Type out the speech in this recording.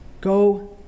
go